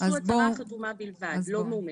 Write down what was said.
דרשו הצהרה חתומה בלבד, לא מאומתת.